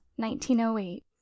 1908